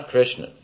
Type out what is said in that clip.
Krishna